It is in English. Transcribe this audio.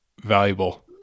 valuable